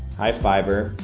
high fiber,